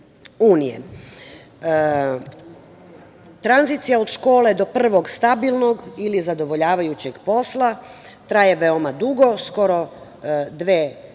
unije. Tranzicija od škole do prvog stabilnog ili zadovoljavajućeg posla traje veoma dugo, skoro dve godine,